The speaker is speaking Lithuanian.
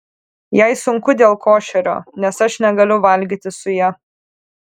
jai sunku dėl košerio nes aš negaliu valgyti su ja